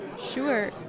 Sure